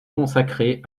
consacrer